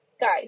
guys